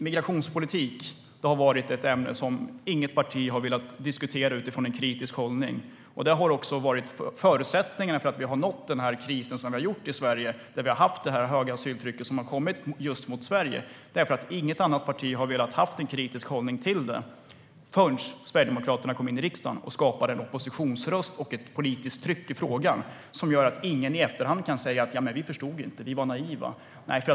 Migrationspolitik har varit ett ämne som inget parti har velat diskutera utifrån en kritisk hållning. Det har också varit förutsättningen för att vi har nått den här krisen i Sverige och haft det här asyltrycket just mot Sverige. Inget annat parti ville ha en kritisk hållning till detta förrän Sverigedemokraterna kom in i riksdagen och skapade en oppositionsröst och ett politiskt tryck i frågan som gör att ingen i efterhand kan säga: Ja, men vi förstod inte. Vi var naiva.